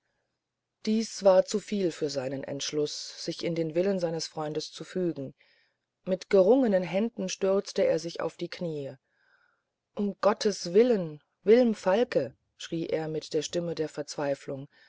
dies war zuviel für seinen entschluß sich in den willen seines freundes zu fügen mit gerungenen händen stürzte er sich auf die knie um gottes willen wilm falke schrie er mit der stimme der verzweiflung